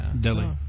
Delhi